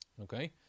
okay